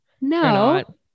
No